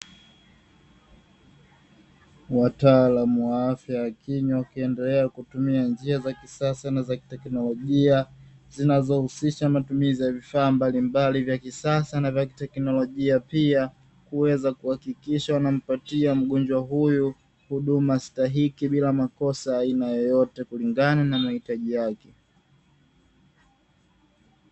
Wataalamu wa afya ya kinywa, wakiendelea kutumia njia za kisasa na teknolojia, zinazohusisha matumizi ya vifaa mbalimbali vya kisasa na teknolojia, pia kuweza kuhakikisha wanampatia mgonjwa huyu huduma stahiki bila makosa ya aina yoyote kulingana na mahitaji yake.